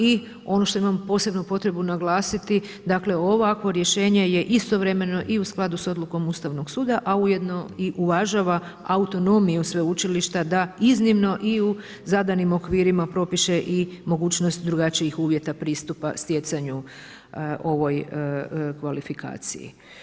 I ono što imam posebnu potrebu naglasiti, dakle ovakvo rješenje je istovremeno i u skladu s odlukom Ustavnog suda, a ujedno i uvažava autonomiju sveučilišta da iznimno i u zadanim okvirima propiše i mogućnost drugačijih uvjeta pristupa stjecanju ovoj kvalifikaciji.